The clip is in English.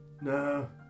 No